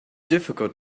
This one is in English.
difficult